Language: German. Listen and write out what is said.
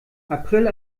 april